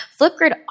Flipgrid